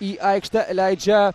į aikštę leidžia